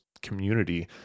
community